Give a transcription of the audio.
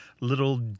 little